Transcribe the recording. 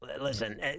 Listen